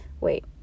Wait